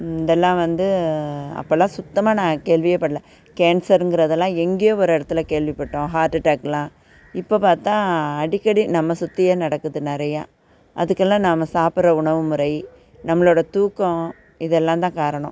இதெல்லாம் வந்து அப்பெலாம் சுத்தமாக நாங்கள் கேள்வியே படலை கேன்சருங்கிறதெல்லாம் எங்கேயோ ஒரு இடத்துல கேள்விப்பட்டோம் ஹார்ட் அட்டாகெலாம் இப்போ பார்த்தா அடிக்கடி நம்ம சுற்றியே நடக்குது நிறையா அதுக்கெல்லாம் நாம் சாப்பிட்ற உணவு முறை நம்மளோட தூக்கம் இதெல்லாம் தான் காரணம்